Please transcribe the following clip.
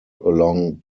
along